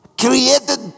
created